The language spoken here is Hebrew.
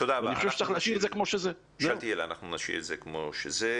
אני חושב שצריך להשאיר את זה כמו שזה.